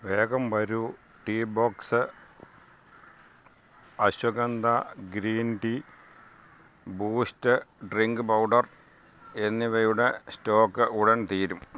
വേഗം വരൂ tea box ashwagandha green tea boost drink powder എന്നിവയുടെ സ്റ്റോക്ക് ഉടൻ തീരും